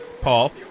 Paul